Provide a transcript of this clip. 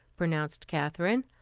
pronounced katherine.